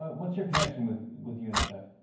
what's your connection with with unicef?